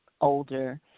older